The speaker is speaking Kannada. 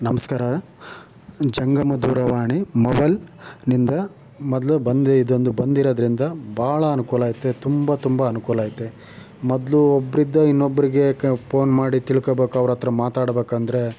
ನಮಸ್ಕಾರ ಜಂಗಮ ದೂರವಾಣಿ ಮೊಬೈಲ್ನಿಂದ ಮೊದಲು ಬಂದು ಇದೊಂದು ಬಂದಿರೋದ್ರಿಂದ ಭಾಳ ಅನುಕೂಲ ಐತೆ ತುಂಬ ತುಂಬ ಅನುಕೂಲ ಐತೆ ಮೊದಲು ಒಬ್ರಿಂದ ಇನ್ನೊಬ್ರಿಗೆ ಕ ಪೋನ್ ಮಾಡಿ ತಿಳ್ಕೋಬೇಕು ಅವ್ರತ್ರ ಮಾತಾಡಬೇಕೆಂದ್ರೆ